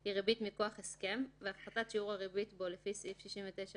היא ריבית מכוח הסכם והפחתת שיעור הריבית בו לפי סעיף 69ב7(1)